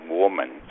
woman